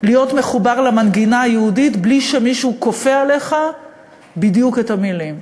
להיות מחובר למנגינה היהודית בלי שמישהו כופה עליך בדיוק את המילים,